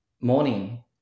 morning